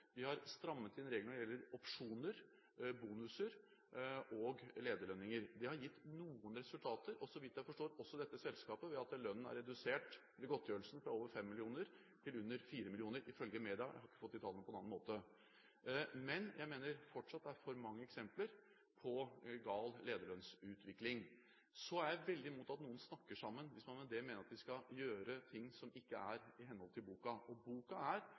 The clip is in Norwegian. vi har strammet inn reglene når det gjelder opsjoner, bonuser og lederlønninger. Det har gitt noen resultater, så vidt jeg forstår, også i dette selskapet ved at lønnen, eller godtgjørelsen, er redusert fra over 5 mill. kr til under 4 mill. kr ifølge media – jeg har ikke fått de tallene på annen måte. Men jeg mener det fortsatt er for mange eksempler på gal lederlønnsutvikling. Jeg er veldig imot at noen snakker sammen, hvis man med det mener at vi skal gjøre ting som ikke er i henhold til boka. Boka er